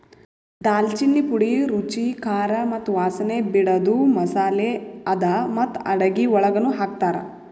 ದಾಲ್ಚಿನ್ನಿ ಪುಡಿ ರುಚಿ, ಖಾರ ಮತ್ತ ವಾಸನೆ ಬಿಡದು ಮಸಾಲೆ ಅದಾ ಮತ್ತ ಅಡುಗಿ ಒಳಗನು ಹಾಕ್ತಾರ್